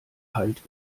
halt